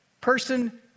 person